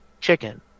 chicken